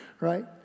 right